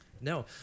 No